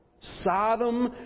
Sodom